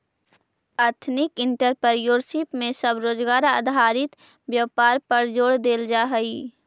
ethnic entrepreneurship में स्वरोजगार आधारित व्यापार पर जोड़ देल जा हई